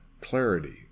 clarity